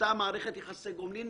אותה מערכת יחסי גומלין.